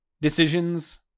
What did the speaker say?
Decisions